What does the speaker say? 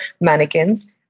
mannequins